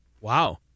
Wow